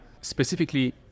Specifically